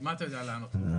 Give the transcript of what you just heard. מה אתה יודע לענות לו?